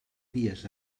dies